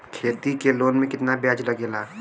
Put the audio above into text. खेती के लोन में कितना ब्याज लगेला?